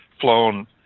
flown